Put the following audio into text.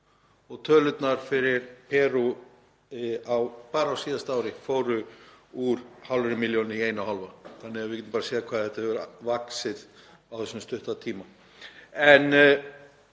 og tölurnar fyrir Perú, bara á síðasta ári, fóru úr hálfri milljón í eina og hálfa, þannig að við getum séð hvað þetta hefur vaxið á þessum stutta tíma. En